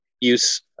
use